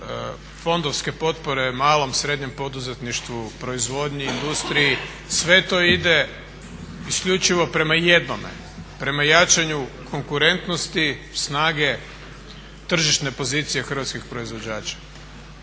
fondovske potpore malom i srednjem poduzetništvu, proizvodnji, industriji. Sve to ide isključivo prema jednome, prema jačanju konkurentnosti, snage, tržišne pozicije hrvatskih proizvođača.